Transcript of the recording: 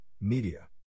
media